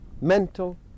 Mental